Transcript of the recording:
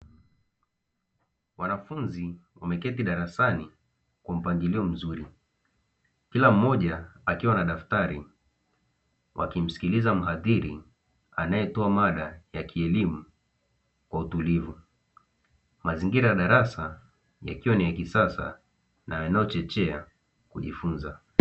Wanafunzi wameketi darasani kumpangilia mzuri kila mmoja akiwa na daftari wakimsikiliza sikiliza mhadhiri anayetoa mada ya kielimu kwa utulivu wa, mazingira ya darasa yakiwa ni ya kisasa na nochochea kujifunza.